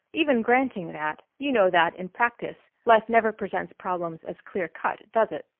even granting that, you know that in practice life never presents problems as clear cut, does it?